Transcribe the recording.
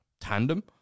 tandem